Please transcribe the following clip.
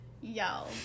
yell